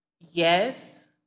yes